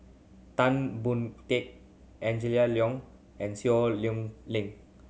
Tan Boon Teik Angela Liong and Seow Lei